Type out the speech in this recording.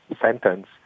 sentence